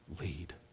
lead